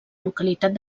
localitat